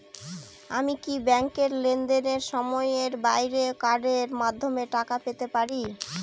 আমি কি ব্যাংকের লেনদেনের সময়ের বাইরেও কার্ডের মাধ্যমে টাকা পেতে পারি?